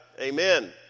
amen